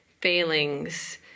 failings